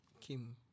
Kim